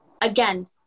again